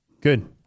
Good